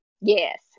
Yes